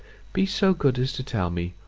be so good as to tell me,